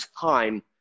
time